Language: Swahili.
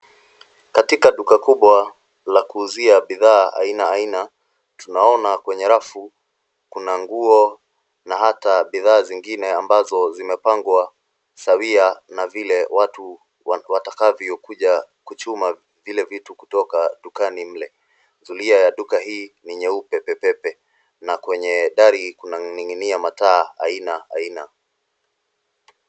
Katika duka kubwa la kuuzia bidhaa aina aina tunaona kwenye rafu kuna nguo. Na hata bidhaa zingine ambazo zimepangwa sawia na vile watu watakavyokuja kuchuma vile vitu kutoka dukani mle. Zulia ya duka hii ni nyeupe pe pe pe na kwenye dari kunaning'inia mataa aina aina.